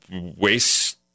waste